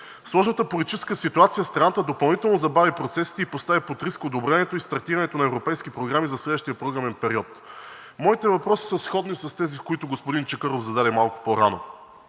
Сложната политическа ситуация в страната допълнително забави процесите и постави под риск одобрението и стартирането на европейски програми за следващия програмен период. Моите въпроси са сходни с тези, които господин Чакъров зададе малко по-рано.